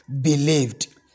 believed